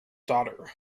daughter